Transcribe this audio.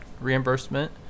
reimbursement